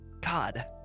God